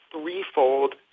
threefold